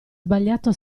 sbagliato